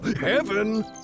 Heaven